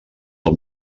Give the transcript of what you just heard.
del